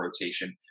rotation